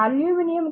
aluminium కూడా 2